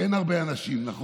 אין הרבה אנשים, נכון?